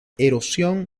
erosión